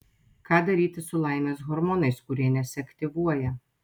ką daryti su laimės hormonais kurie nesiaktyvuoja